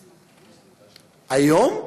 היום,